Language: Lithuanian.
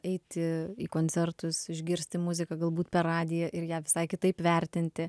eiti į koncertus išgirsti muziką galbūt per radiją ir ją visai kitaip vertinti